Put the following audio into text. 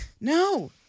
No